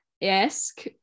esque